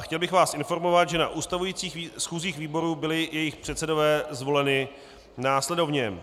Chtěl bych vás informovat, že na ustavujících schůzích výborů byli jejich předsedové zvoleni následovně: